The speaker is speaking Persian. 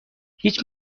هیچ